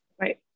Right